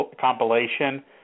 compilation